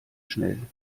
schnell